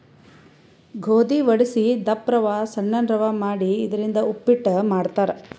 ಗೋಧಿ ವಡಸಿ ದಪ್ಪ ರವಾ ಸಣ್ಣನ್ ರವಾ ಮಾಡಿ ಇದರಿಂದ ಉಪ್ಪಿಟ್ ಮಾಡ್ತಾರ್